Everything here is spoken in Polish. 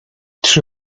czy